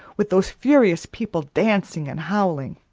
with those furious people dancing and howling.